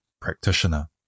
practitioner